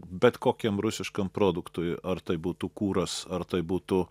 bet kokiam rusiškam produktui ar tai būtų kuras ar tai būtų